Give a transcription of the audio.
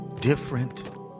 different